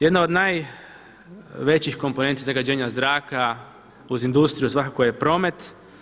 Jedna od najvećih komponenti zagađenja zraka uz industriju svakako je promet.